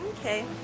Okay